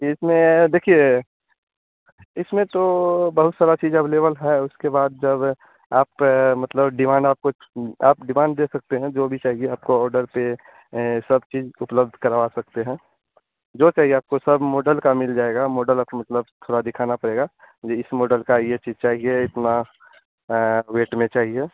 इसमें देखिए इसमें तो बहुत सारी चीज़ अवेलेबल है उसके बाद जब आप मतलब डिमाण्ड आप कुछ आप डिमाण्ड दे सकते हैं जो भी चाहिए आपको ऑर्डर पर सब चीज़ उपलब्ध करवा सकते हैं जो चाहिए आपको सब मॉडल का मिल जाएगा मॉडल आप मतलब थोड़ा दिखाना पड़ेगा यह इस मॉडल का यह चीज़ चाहिए इतना वेट में चाहिए